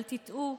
אל תטעו,